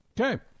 Okay